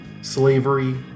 Slavery